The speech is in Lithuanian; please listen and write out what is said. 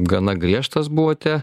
gana griežtas buvote